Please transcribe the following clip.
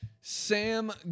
Sam